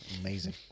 amazing